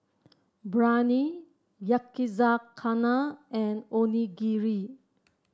Biryani Yakizakana and Onigiri